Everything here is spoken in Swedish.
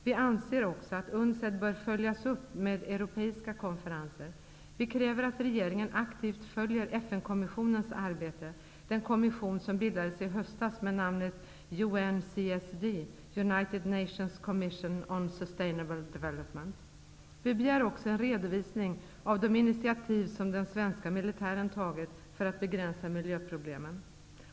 Vi anser också att UNCED bör följas upp med europeiska konferenser. Vi kräver att regeringen aktivt följer FN-kommissionens arbete, dvs. den kommission som bildades i höstas med namnet UNCSD, United Nations Commission on Sustainable Development. Vi begär också en redovisning av de initiativ som den svenska militären tagit för att begränsa miljöproblemen.